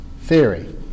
theory